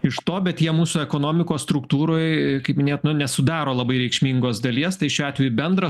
iš to bet jie mūsų ekonomikos struktūroj kaip minėjot nu nesudaro labai reikšmingos dalies tai šiuo atveju bendra